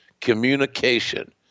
Communication